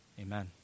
Amen